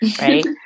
Right